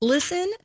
Listen